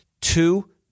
Two